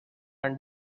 and